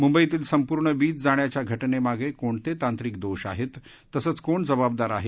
मुंबईतील संपूर्ण वीज जाण्याच्या घटनेमागे कोणते तांत्रिक दोष आहेत तसंच कोण जबाबदार आहेत